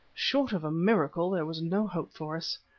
short of a miracle, there was no hope for us.